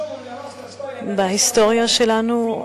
בהיסטוריה שלנו,